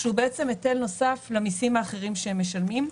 שהוא בעצם היטל נוסף למיסים האחרים שהם משלמים,